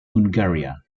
bulgaria